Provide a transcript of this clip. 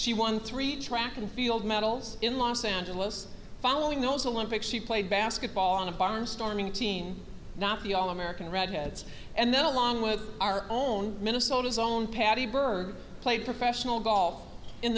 she won three track and field medals in los angeles following those olympics she played basketball on a barnstorming team not the all american reds and then along with our own minnesota's own patty byrd played professional golf in